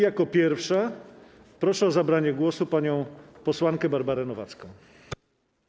Jako pierwszą proszę o zabranie głosu panią posłankę Barbarę Nowacką.